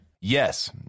Yes